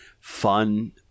fun